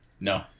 No